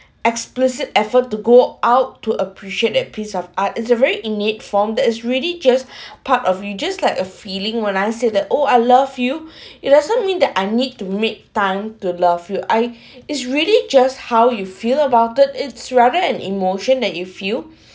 explicit effort to go out to appreciate that piece of art is a very innate formed that is really just part of you just like a feeling when I say that oh I love you it doesn't mean that I need to make time to love you I is really just how you feel about it it's rather an emotion that you feel